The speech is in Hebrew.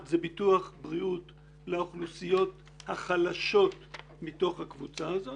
הוא ביטוח בריאות לאוכלוסיות החלשות מתוך הקבוצה הזאת,